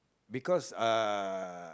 because uh